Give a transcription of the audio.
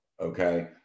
okay